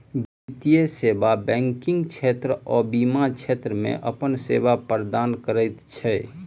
वित्तीय सेवा बैंकिग क्षेत्र आ बीमा क्षेत्र मे अपन सेवा प्रदान करैत छै